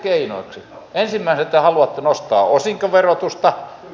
ensimmäisenä te haluatte nostaa osinkoverotusta